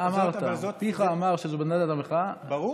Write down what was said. אתה אמרת, פיך אמר שזאת בנדנת המחאה, ברור.